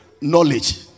knowledge